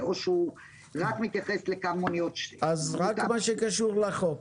רק מה שקשור לחוק.